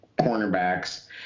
cornerbacks